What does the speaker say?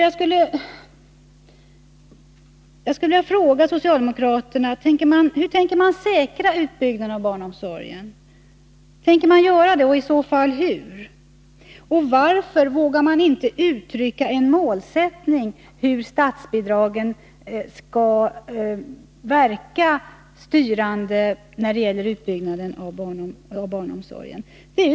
Jag skulle vilja fråga socialdemokraterna: Tänker ni säkra utbyggnaden av barnomsorgen och i så fall hur? Varför vågar socialdemokraterna inte uttrycka en målsättning för hur statsbidragen skall verka styrande när det gäller utbyggnaden av barnomsorgen?